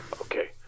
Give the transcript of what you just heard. okay